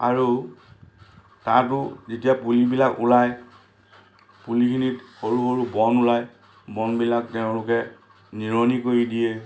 আৰু তাতো যেতিয়া পুলিবিলাক ওলায় পুলিখিনিত সৰু সৰু বন ওলায় বনবিলাক তেওঁলোকে নিৰণি কৰি দিয়ে